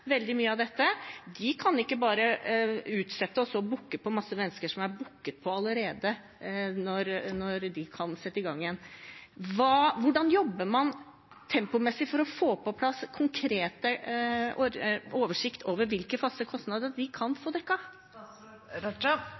De kan ikke bare utsette og så booke mange mennesker, som er booket allerede, for når de kan sette i gang igjen. Hvordan jobber man tempomessig for å få på plass en konkret oversikt over hvilke faste kostnader de kan få